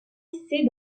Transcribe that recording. lycées